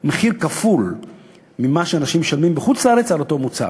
מחיר כפול ממה שאנשים משלמים בחוץ-לארץ על אותו מוצר.